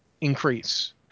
increase